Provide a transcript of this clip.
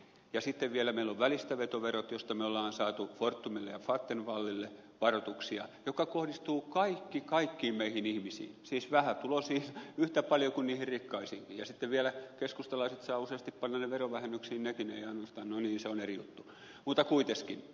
sitten vielä meillä on välistävetoverot joista me olemme saaneet fortumille ja vattenfallille varoituksia jotka kohdistuvat kaikkiin meihin ihmisiin siis vähätuloisiin yhtä paljon kuin niihin rikkaisiinkin ja sitten vielä keskustellaan sitten saa useasti panna verovähennyksiin nekin ei ainoastaan no niin se on eri juttu mutta kuiteskin